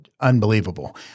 unbelievable